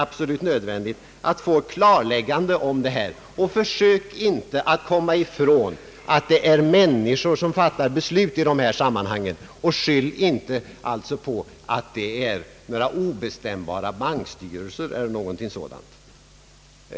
Försök inte att komma ifrån det förhållandet att det är människor som fattar beslut i detta sammanhang och skyll inte på att det här skulle gälla några obestämbara opersonliga bankstyrelser!